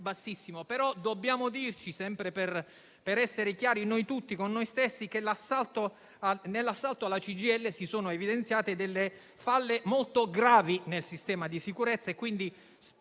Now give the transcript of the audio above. però dirci, sempre per essere chiari con noi stessi, che nell'assalto alla CGIL si sono evidenziate delle falle molto gravi nel sistema di sicurezza e quindi, specialmente in